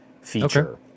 feature